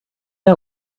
out